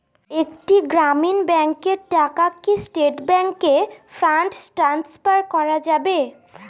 একটি গ্রামীণ ব্যাংকের টাকা কি স্টেট ব্যাংকে ফান্ড ট্রান্সফার করা যাবে?